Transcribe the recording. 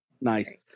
Nice